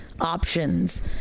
options